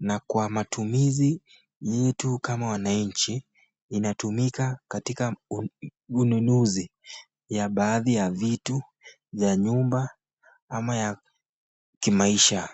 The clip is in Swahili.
Na kwa matumizi hii tu kama wananchi inatumika katika ununuzi ya baadhi ya vitu za nyumba ama ya kimaisha.